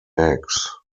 eggs